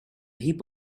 heap